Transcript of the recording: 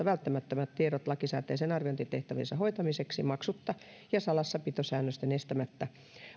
välttämättömät tiedot lakisääteisten arviointitehtäviensä hoitamiseksi maksutta ja salassapitosäännösten estämättä